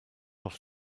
off